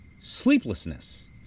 sleeplessness